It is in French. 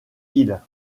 hill